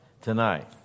tonight